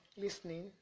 listening